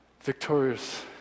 victorious